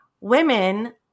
Women